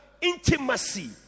intimacy